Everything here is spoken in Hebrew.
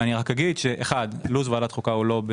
אני רק אגיד שאחד, לו"ז ועדת חוקה הוא לא,